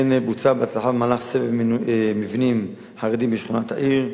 כן בוצע בהצלחה מהלך סבב מבנים לחרדים בשכונות העיר,